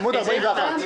בעמוד 41,